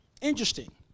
Interesting